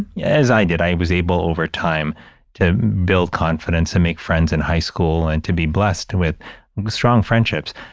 yeah as i did, i and was able over time to build confidence and make friends in high school and to be blessed with strong friendships.